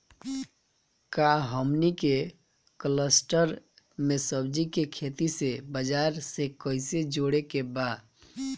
का हमनी के कलस्टर में सब्जी के खेती से बाजार से कैसे जोड़ें के बा?